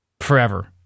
forever